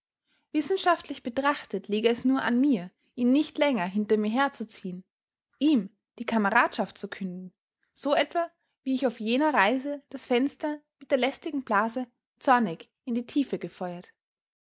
wissenschaftlich betrachtet läge es nur an mir ihn nicht länger hinter mir herzuziehen ihm die kameradschaft zu künden so etwa wie ich auf jener reise das fenster mit der lästigen blase zornig in die tiefe gefeuert